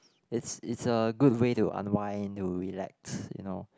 it's it's a good way to unwind to relax you know